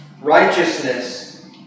Righteousness